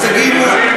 קדימה.